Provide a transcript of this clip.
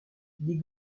dit